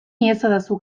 iezadazu